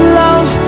love